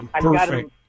Perfect